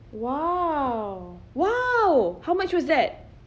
!wow! !wow! how much was that